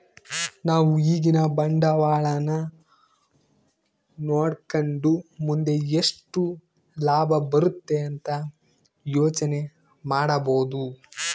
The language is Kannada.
ನಾವು ಈಗಿನ ಬಂಡವಾಳನ ನೋಡಕಂಡು ಮುಂದೆ ಎಷ್ಟು ಲಾಭ ಬರುತೆ ಅಂತ ಯೋಚನೆ ಮಾಡಬೋದು